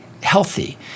healthy